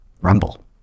Rumble